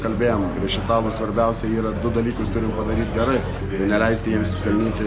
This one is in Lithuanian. kalbėjom prieš italus svarbiausia yra du dalykus turim padaryt gerai neleisti jiems pelnyti